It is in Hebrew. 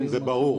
זה ברור.